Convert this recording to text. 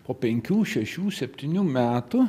po penkių šešių septynių metų